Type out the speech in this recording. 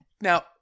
Now